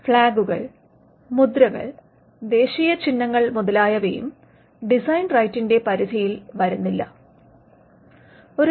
ഫ്ലാഗുകൾ മുദ്രകൾ ദേശീയ ചിഹ്നങ്ങൾ മുതലായവയും ഡിസൈൻ റൈറ്റിന്റെ പരിധിയിൽ വരുന്നവയല്ല